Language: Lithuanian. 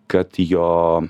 kad jo